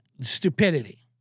stupidity